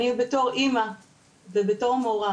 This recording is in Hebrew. אני בתור אימא ובתור מורה,